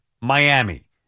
miami